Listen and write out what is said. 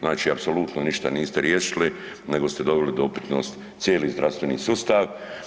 Znači apsolutno ništa niste riješili, nego ste doveli u upitnost cijeli zdravstveni sustav.